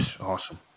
Awesome